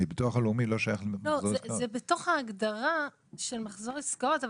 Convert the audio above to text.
הרי ביטוח לאומי לא שייך למחזור עסקאות.